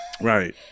Right